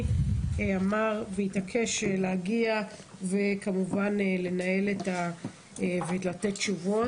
אמר והתעקש להגיע וכמובן לתת תשובות,